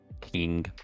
king